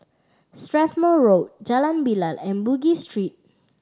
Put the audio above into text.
Strathmore Road Jalan Bilal and Bugis Street